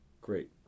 Great